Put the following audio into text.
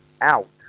out